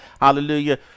Hallelujah